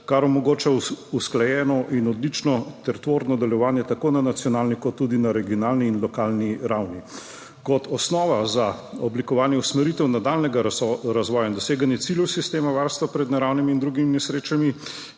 kar omogoča usklajeno in odlično ter tvorno delovanje tako na nacionalni kot tudi na regionalni in lokalni ravni. Kot osnovo za oblikovanje usmeritev nadaljnjega razvoja in doseganje ciljev sistema varstva pred naravnimi in drugimi nesrečami,